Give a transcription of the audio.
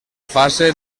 fase